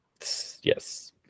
Yes